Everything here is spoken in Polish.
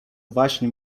waśń